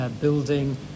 building